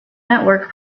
network